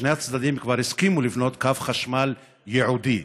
שני הצדדים כבר הסכימו לבנות קו חשמל ייעודי,